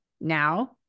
now